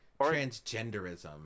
transgenderism